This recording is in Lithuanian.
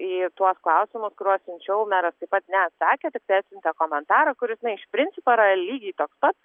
į tuos klausimus kuriuos siunčiau meras taip pat neatsakė tiktai atsiuntė komentarą kuris na iš principo yra lygiai toks pat